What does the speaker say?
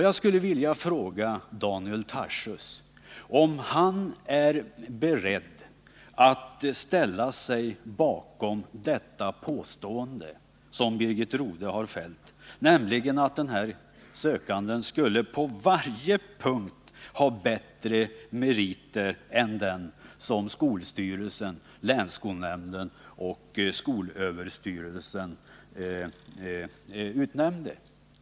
Jag skulle vilja fråga Daniel Tarschys om han är beredd att ställa sig bakom detta påstående som Birgit Rodhe har gjort, dvs. att denna sökande på varje punkt skulle ha bättre meriter än den som skolstyrelsen, länsskolnämnden och skolöverstyrelsen utnämnde.